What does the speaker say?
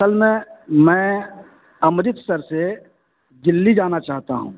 کل میں میں امرتسر سے دِلّی جانا چاہتا ہوں